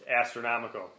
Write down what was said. astronomical